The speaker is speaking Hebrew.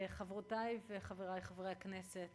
חברותי וחברי חברי הכנסת,